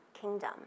kingdom